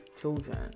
children